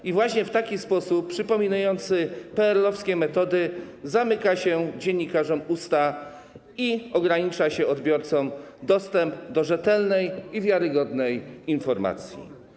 I właśnie w taki sposób przypominający PRL-owskie metody zamyka się dziennikarzom usta i ogranicza się odbiorcom dostęp do rzetelnej i wiarygodnej informacji.